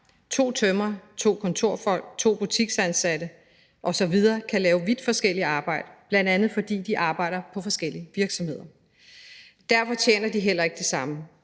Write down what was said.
To tømrere, to kontorfolk, to butiksansatte osv. kan lave vidt forskelligt arbejde, bl.a. fordi de arbejder på forskellige virksomheder. Derfor tjener de heller ikke det samme.